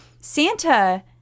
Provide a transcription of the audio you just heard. santa